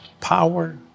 Power